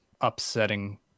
upsetting